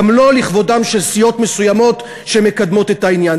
גם לא לכבודן של סיעות מסוימות שמקדמות את העניין,